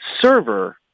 server